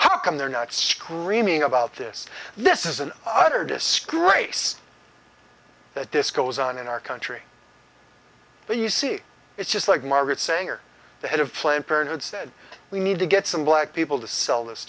how come they're not screaming about this this is an utter disgrace that disco's on in our country but you see it's just like margaret sanger the head of planned parenthood said we need to get some black people to sell this